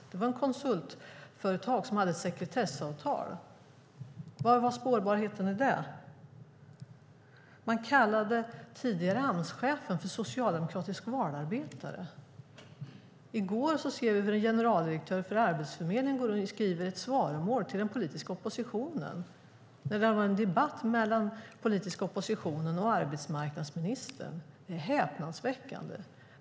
Då anlitades ett konsultföretag som hade sekretessavtal. Var fanns spårbarheten i det? Man kallade den tidigare Amschefen för socialdemokratisk valarbetare. I går såg vi hur generaldirektören för Arbetsförmedlingen skrev ett svar till den politiska oppositionen när det handlade om en debatt mellan den politiska oppositionen och arbetsmarknadsministern. Det är häpnadsväckande.